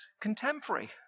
contemporary